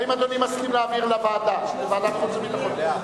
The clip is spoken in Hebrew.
האם אדוני מסכים להעביר לוועדת החוץ והביטחון?